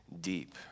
Deep